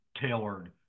tailored